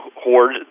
hoard